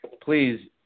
Please